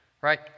right